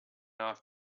off